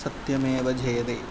सत्यमेव जयते